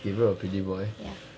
gabriel a pretty boy